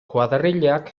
kuadrillak